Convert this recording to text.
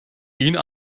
این